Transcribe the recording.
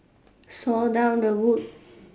saw down the wood